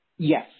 Yes